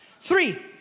Three